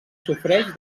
sofreix